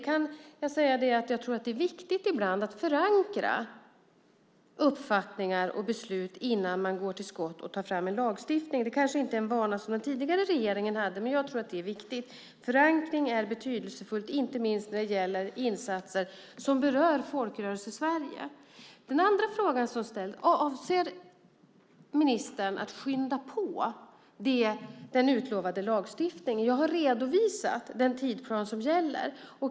Jag tror att det är viktigt att man ibland förankrar uppfattningar och beslut innan man kommer till skott och tar fram en lagstiftning. Det kanske inte är en vana som den tidigare regeringen hade, men jag tror att det är viktigt. Det är betydelsefullt med förankring, inte minst när det gäller insatser som berör Folkrörelse-Sverige. Den andra frågan som ställs är: Avser ministern att skynda på den utlovade lagstiftningen? Jag har redovisat den tidsplan som gäller.